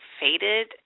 faded